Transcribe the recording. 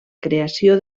creació